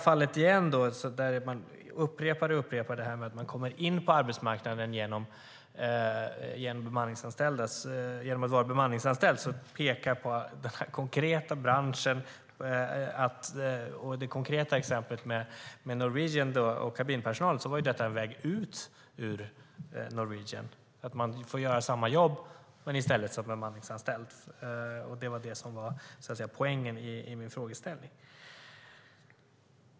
Det upprepas här att man kommer in på arbetsmarknaden genom anställning på ett bemanningsföretag, men det konkreta exemplet med Norwegians kabinpersonal pekar på att detta var en väg ut ur Norwegian. Man får göra samma jobb men är i stället bemanningsföretagsanställd. Det var poängen i min fråga.